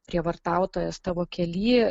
prievartautojas tavo kelyj